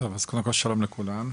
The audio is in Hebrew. אז קודם כל שלום לכולם.